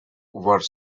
were